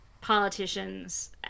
politicians